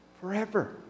forever